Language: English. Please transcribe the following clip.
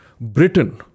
Britain